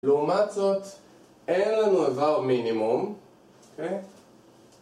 לעומת זאת אין לנו איבר מינימום